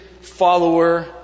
follower